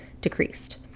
decreased